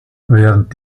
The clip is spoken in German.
während